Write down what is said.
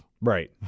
Right